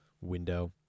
window